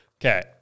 Okay